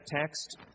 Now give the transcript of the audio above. text